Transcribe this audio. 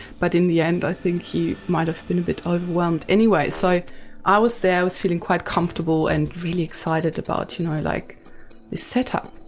but in the end i think he might have been a bit overwhelmed. anyway, so i was there, i was feeling quite comfortable and really excited about, you know, like this setup.